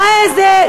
איזה,